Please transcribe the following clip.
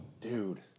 Dude